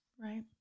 Right